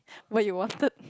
what you wanted